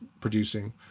producing